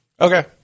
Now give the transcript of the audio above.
Okay